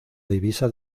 divisa